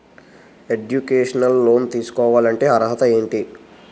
Educational loan తీసుకోవాలంటే అర్హత ఏంటి?